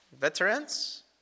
Veterans